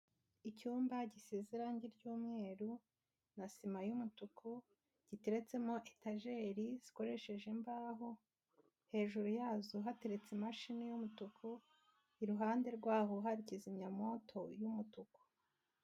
Icyumba gisize irangi ry'umweru na sima y'umutuku, giteretsemo etajeri zikoresheje imbaho, hejuru yazo hateretse imashini y'umutuku, iruhande rwaho hari kizimyamoto y'umutuku.